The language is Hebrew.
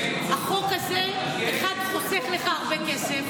החוק הזה חוסך לך הרבה כסף,